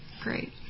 Great